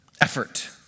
effort